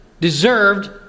deserved